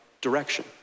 direction